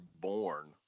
born